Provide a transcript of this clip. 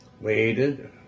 waited